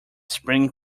spring